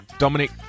Dominic